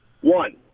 One